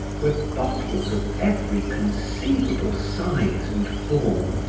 were bottles of every conceivable size and form,